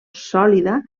sòlida